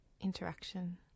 interaction